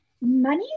Money